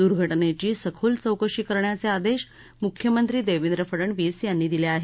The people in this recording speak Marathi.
दूर्घटनेची सखोल चौकशी करण्याचे आदेश मुख्यमंत्री देवेंद्र फडणवीस यांनी दिले आहेत